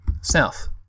South